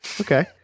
Okay